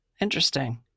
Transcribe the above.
Interesting